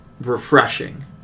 Refreshing